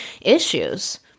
issues